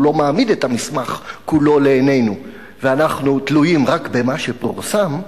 לא מעמיד את המסמך כולו לעינינו ואנחנו תלויים רק במה שפורסם,